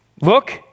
look